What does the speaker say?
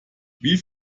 wie